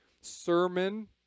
sermon